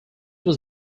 was